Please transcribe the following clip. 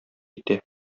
итә